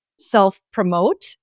self-promote